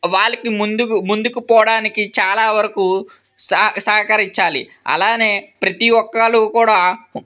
వాళ్ళకి ముందుకు ముందుకు పోవడానికి చాలా వరకు సహ సహకరించాలి అలాగే ప్రతి ఒక్కరు కూడా